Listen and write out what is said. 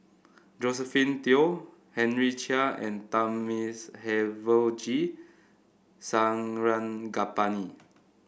Josephine Teo Henry Chia and Thamizhavel G Sarangapani